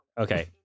Okay